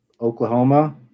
Oklahoma